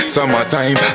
Summertime